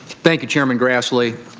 thank you, chairman grassley.